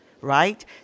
right